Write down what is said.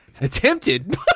attempted